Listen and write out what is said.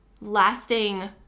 lasting